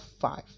five